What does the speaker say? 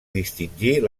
distingir